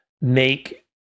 make